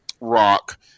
rock